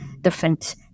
different